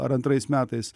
ar antrais metais